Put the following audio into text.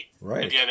Right